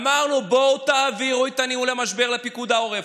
אמרנו: בואו, תעבירו את ניהול המשבר לפיקוד העורף,